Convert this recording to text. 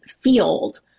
field